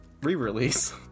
re-release